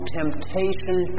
temptation